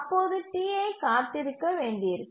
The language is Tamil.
அப்போது Ti காத்திருக்க வேண்டியிருக்கும்